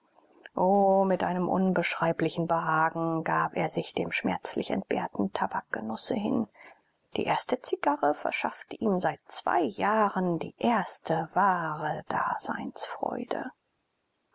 mit einem unbeschreiblichen behagen gab er sich dem schmerzlich entbehrten tabakgenusse hin die erste zigarre verschaffte ihm seit zwei jahren die erste wahre daseinsfreude